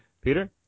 Peter